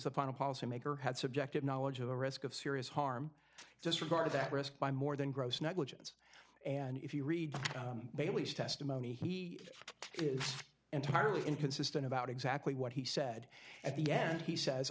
on a policymaker had subjective knowledge of the risk of serious harm just regard that risk by more than gross negligence and if you read bailey's testimony he is entirely inconsistent about exactly what he said at the end he says